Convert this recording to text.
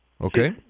Okay